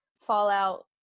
fallout